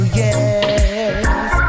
yes